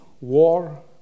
war